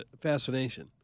fascination